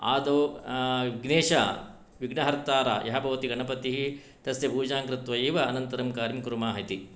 आदौ विघ्नेशः विघ्नाहर्तारः यः भवति गणपतिः तस्य पूजाङ्कृत्वैव अनन्तरं कार्यं कुर्मः इति